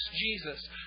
Jesus